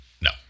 no